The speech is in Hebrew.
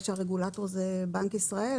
שהרגולטור זה בנק ישראל.